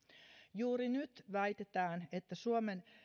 juuri nyt väitetään että suomen